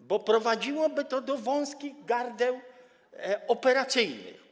bo prowadziłoby to do wąskich gardeł operacyjnych.